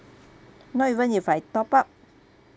not even if I top up